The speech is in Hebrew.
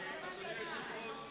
אדוני היושב-ראש,